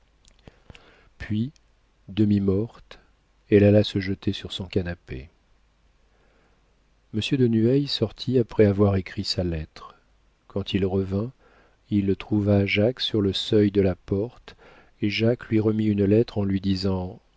puis demi-morte elle alla se jeter sur son canapé monsieur de nueil sortit après avoir écrit sa lettre quand il revint il trouva jacques sur le seuil de la porte et jacques lui remit une lettre en lui disant